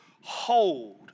hold